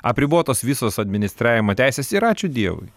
apribotos visos administravimo teisės ir ačiū dievui